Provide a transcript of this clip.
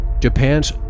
Japan's